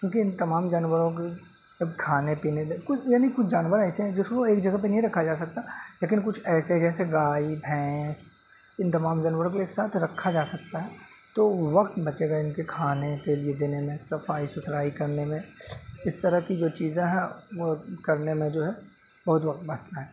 کیونکہ ان تمام جانوروں کے کھانے پینے یعنی کچھ جانور ایسے ہیں جس کو ایک جگہ پہ نہیں رکھا جا سکتا لیکن کچھ ایسے ہیں جیسے گائے بھینس ان تمام جانوروں کو ایک ساتھ رکھا جا سکتا ہے تو وقت بچے گا ان کے کھانے کے لیے دینے میں صفائی ستھرائی کرنے میں اس طرح کی جو چیزیں ہیں وہ کرنے میں جو ہے بہت وقت بچتا ہے